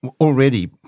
already